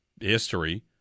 history